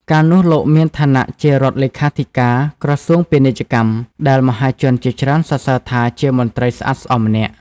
កាលនោះលោកមានឋានៈជារដ្ឋលេខាធិការក្រសួងពាណិជ្ជកម្ម ដែលមហាជនជាច្រើនសរសើរថាជាមន្រ្តីស្អាតស្អំម្នាក់ ។